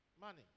money